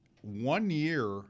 one-year